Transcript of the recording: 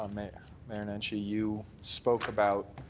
um mayor mayor nenshi, you spoke about